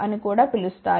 అని కూడా పిలుస్తారు